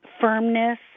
firmness